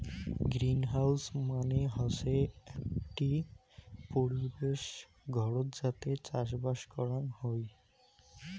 greenhouse মানে হসে আকটি পরিবেশ ঘরত যাতে চাষবাস করাং হই